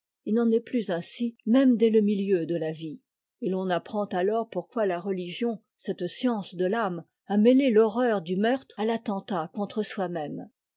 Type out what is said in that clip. il n'en est plus ainsi même dès le milieu de la vie et l'on apprend alors pourquoi la religion cette science de l'âme a mêlé l'horreur'du meurtre à l'attentat contre soi-même